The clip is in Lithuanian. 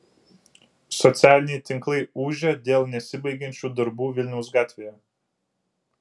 socialiniai tinklai ūžia dėl nesibaigiančių darbų vilniaus gatvėje